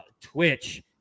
Twitch